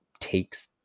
takes